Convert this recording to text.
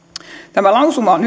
tämä lausuma on